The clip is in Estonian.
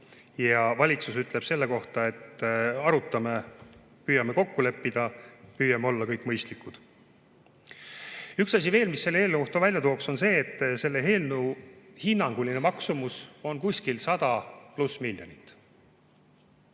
Valitsus ütleb selle kohta, et arutame, püüame kokku leppida, püüame olla kõik mõistlikud. Üks asi veel, mida selle eelnõu kohta välja tooksin. Selle eelnõu hinnanguline maksumus on 100+ miljonit.